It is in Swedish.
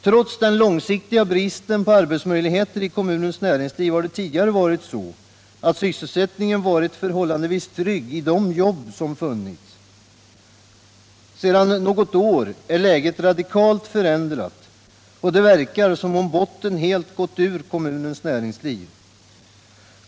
Trots den långsiktiga bristen på arbetsmöjligheter i kommunens näringsliv har det tidigare varit så, att sysselsättningen varit förhållandevis trygg i de jobb som funnits. Sedan något år är läget radikalt förändrat, och det verkar som om botten helt gått ur kommunens näringsliv.